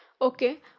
okay